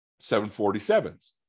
747s